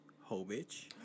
Ho-bitch